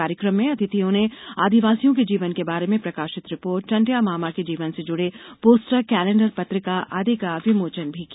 कार्यक्रम में अतिथियों ने आदिवासियों के जीवन के बारे में प्रकाशित रिपोर्ट टंट्या मामा के जीवन से जुड़े पोस्टर कैलेण्डर पत्रिका आदि का विमोचन भी किया